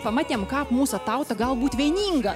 pamatėm kap mūsų tauta gal būt vieninga